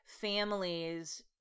families